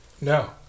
No